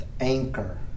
anchor